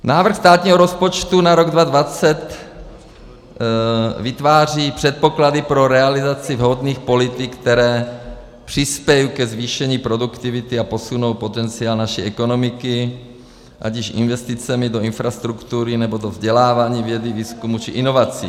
Návrh státního rozpočtu na rok 2020 vytváří předpoklady pro realizaci vhodných politik, které přispějí ke zvýšení produktivity a posunou potenciál naší ekonomiky, ať již investicemi do infrastruktury, nebo do vzdělávání, vědy, výzkumu či inovací.